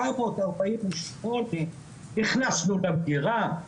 הכנסנו למגירה,